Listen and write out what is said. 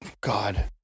God